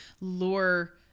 lure